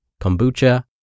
kombucha